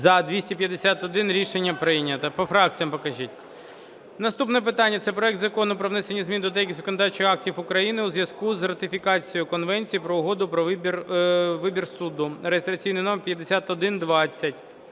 За-251 Рішення прийнято. По фракціям покажіть. Наступне питання – це проект Закону про внесення змін до деяких законодавчих актів України у зв'язку з ратифікацією Конвенції про угоди про вибір суду (реєстраційний номер 5120).